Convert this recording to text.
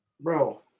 Bro